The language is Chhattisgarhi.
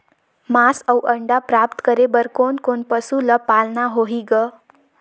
मांस अउ अंडा प्राप्त करे बर कोन कोन पशु ल पालना होही ग?